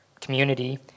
community